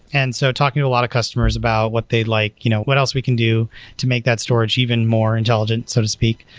and so talking to a lot of customers about what they like, you know what else we can do to make that storage even more intelligent, so to speak.